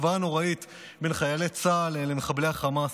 השוואה נוראית בין חיילי צה"ל למחבלי החמאס,